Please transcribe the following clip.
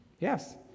yes